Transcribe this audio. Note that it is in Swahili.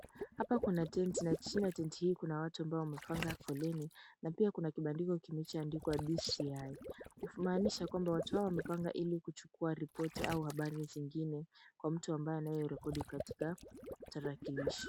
Hapa kuna tenti na chini ya tenti hii kuna watu ambao wamepanga foleni, na pia kuna kibandiko kilichoandikwa DCI. Kumaanisha kwamba watu hawa wamepanga ili kuchukua ripoti au habari zingine kwa mtu ambaye anayorekodi katika tarakilishi.